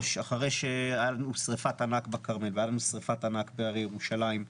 אחרי שהייתה שריפת ענק בכרמל ושריפת ענק בהרי ירושלים,